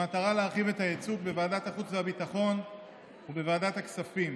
במטרה להרחיב את הייצוג בוועדת החוץ והביטחון ובוועדת הכספים